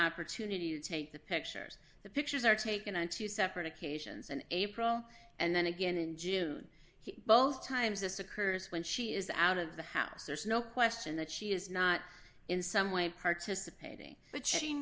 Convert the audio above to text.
opportunity to take the pictures the pictures are taken on two separate occasions and april and then again in june both times this occurs when she is out of the house there's no question that she is not in some way participating but she